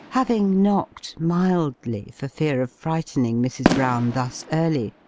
having knocked mildly, for fear of frightening mrs. brown thus early,